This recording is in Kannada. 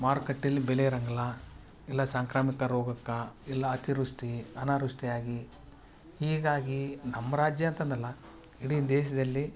ಮಾರುಕಟ್ಟೆ ಅಲ್ಲಿ ಬೆಲೆ ಇರಾಂಗಿಲ್ಲ ಎಲ್ಲ ಸಾಂಕ್ರಾಮಿಕ ರೋಗಕ್ಕೆ ಇಲ್ಲ ಅತಿವೃಷ್ಟಿ ಅನಾವೃಷ್ಟಿಯಾಗಿ ಹೀಗಾಗಿ ನಮ್ಮ ರಾಜ್ಯ ಅಂತಂದು ಅಲ್ಲ ಇಡೀ ದೇಶದಲ್ಲಿ